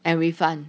and refund